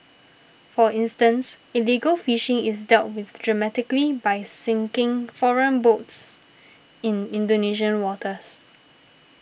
for instance illegal fishing is dealt with dramatically by sinking foreign boats in Indonesian waters